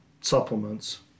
supplements